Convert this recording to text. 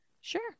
Sure